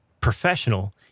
professional